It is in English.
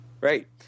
Right